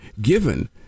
given